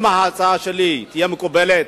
אם ההצעה שלי תהיה מקובלת,